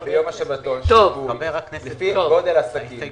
לעסקים ביום השבתון לפי גודל העסקים.